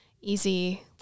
easy